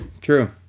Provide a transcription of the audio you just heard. true